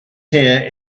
here